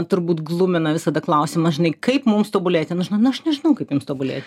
turbūt glumina visada klausimas žinai kaip mums tobulėti nu aš nu aš nežinau kaip jums tobulėti